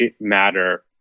matter